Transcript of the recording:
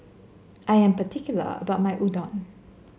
I am particular about my Udon